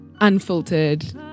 unfiltered